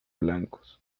blancos